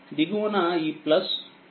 దిగువన ఈ మరియు-ఇక్కడ ఉంది